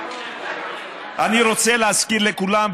אני רוצה להזכיר לכולם,